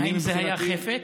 האם זה היה חפץ?